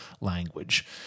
language